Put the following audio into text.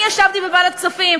אני ישבתי בוועדת כספים.